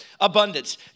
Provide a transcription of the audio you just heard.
abundance